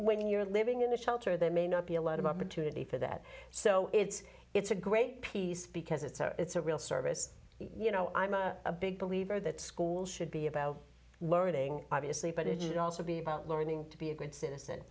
when you're living in a shelter that may not be a lot of opportunity for that so it's it's a great piece because it's a it's a real service you know i'm a big believer that school should be about learning obviously but it also be about learning to be a good citizen